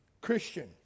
Christian